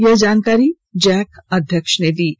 यह जानकारी जैक अध्यक्ष ने दी है